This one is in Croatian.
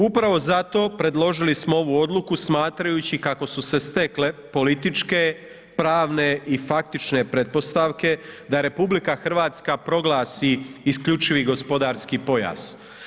Upravo zato predložili smo ovu odluku smatrajući kako su se stekle političke, pravne i faktične pretpostavke da RH proglasi isključivi gospodarski pojas.